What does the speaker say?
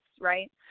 right